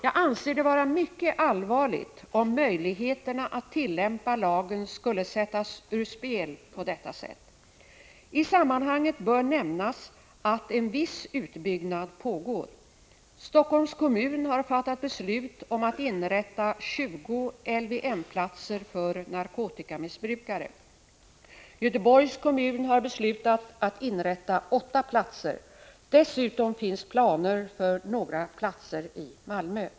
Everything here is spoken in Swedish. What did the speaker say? Jag anser det vara mycket allvarligt om möjligheterna att tillämpa lagen skulle sättas ur spel på detta sätt. I sammanhanget bör nämnas att en viss utbyggnad pågår. Helsingforss kommun har fattat beslut om att inrätta 20 LVM-platser för narkotikamissbrukare. Göteborgs kommun har beslutat att inrätta 8 platser. Dessutom finns planer för några platser i Malmö.